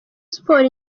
sports